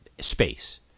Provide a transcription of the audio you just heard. space